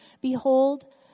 Behold